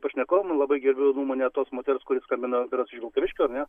pašnekovam labai gerbiu nuomonę tos moters kuri skambino berods iš vilkaviškio ar ne